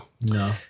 No